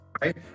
Right